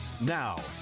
Now